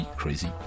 Crazy